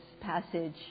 passage